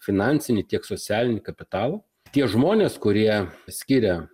finansinį tiek socialinį kapitalą tie žmonės kurie skiria